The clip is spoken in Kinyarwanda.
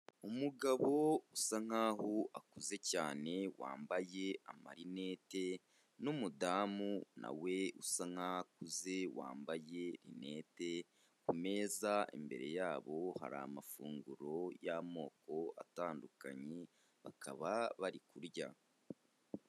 Umugabo usa nkaho akuze cyane wambaye amarineti n'umudamu na we usa nkaho akuze wambaye rinete, ku meza imbere yabo hakaba hari amafunguro y'amoko atandukanye, bakaba bari kurya.